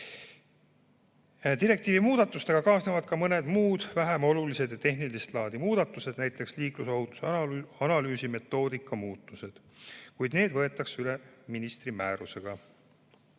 Direktiivi muudatustega kaasnevad ka mõned muud, vähem olulised ja tehnilist laadi muudatused, näiteks liiklusohutuse analüüsi metoodika muudatused, kuid need võetakse üle ministri määrusega.